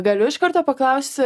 galiu iš karto paklausti